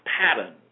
pattern